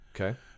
Okay